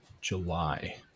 July